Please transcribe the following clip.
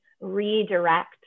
redirect